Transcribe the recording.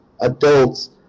adults